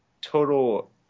total